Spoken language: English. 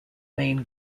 main